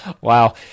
Wow